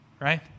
right